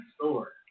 store